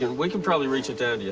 and we can probably reach it down yeah